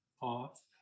off